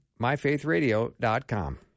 myfaithradio.com